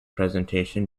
presentation